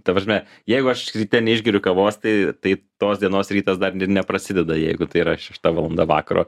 ta prasme jeigu aš ryte neišgeriu kavos tai tai tos dienos rytas dar neprasideda jeigu tai yra šešta valanda vakaro